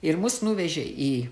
ir mus nuvežė į